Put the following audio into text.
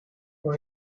for